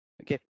okay